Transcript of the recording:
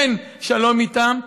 אין שלום איתם,